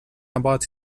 about